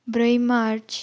ब्रै मार्च